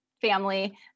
family